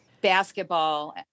basketball